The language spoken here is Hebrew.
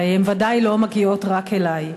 הרי הן ודאי לא מגיעות רק אלי.